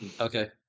Okay